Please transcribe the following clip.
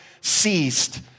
ceased